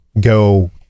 go